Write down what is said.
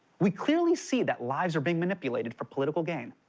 we clearly see that lives are being manipulated for political gain.